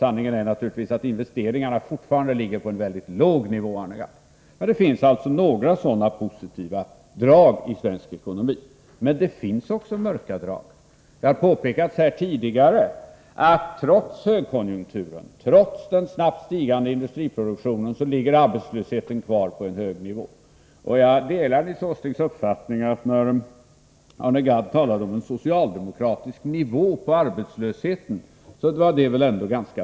Sanningen är naturligtvis att investeringarna fortfarande ligger på en mycket låg nivå, Arne Gadd. Det finns alltså några positiva drag i svensk ekonomi. Men det finns också mörka drag. Det har påpekats här tidigare att arbetslösheten trots högkonjunkturen, trots den snabbt stigande industriproduktionen, ligger kvar på en hög nivå. Jag delar Nils Åslings uppfattning att det väl ändå var ganska vårdlöst av Arne Gadd att tala om en socialdemokratisk nivå på arbetslösheten.